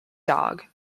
dog